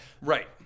right